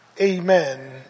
amen